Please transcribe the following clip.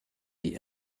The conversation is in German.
die